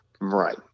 Right